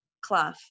Clough